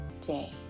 day